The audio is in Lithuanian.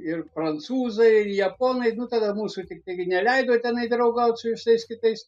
ir prancūzai japonai nutarė mūsų tiktai gi neleido tenai draugaut su visais kitais